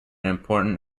important